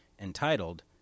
entitled